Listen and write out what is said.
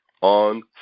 on